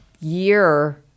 year